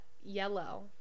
yellow